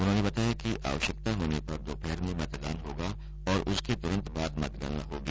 उन्होंने बताया कि आवष्यता होने पर दोपहर में मतदान होगा और उसके तुरन्त बाद मतगणना होगी